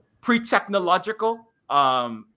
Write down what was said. pre-technological